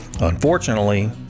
Unfortunately